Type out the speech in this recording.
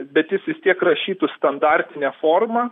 bet jis vis tiek rašytų standartine forma